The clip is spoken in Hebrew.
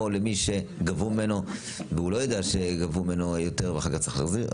או למי שגבו ממנו והוא לא יודע שגבו ממנו ואחר כך צריך להחזיר.